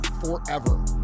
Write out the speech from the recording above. forever